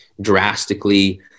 drastically